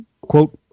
quote